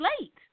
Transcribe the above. late